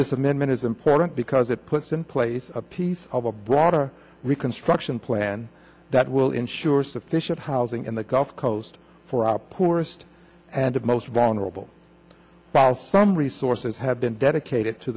this amendment is important because it puts in place a piece of a broader reconstruction plan that will ensure sufficient housing in the gulf coast for our poorest and most vulnerable while some resources have been dedicated to